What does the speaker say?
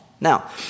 Now